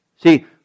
See